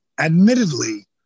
admittedly